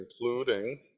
including